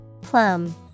Plum